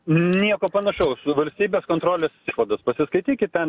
nieko panašaus valstybės kontrolės išvadas paskaitykit ten